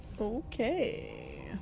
Okay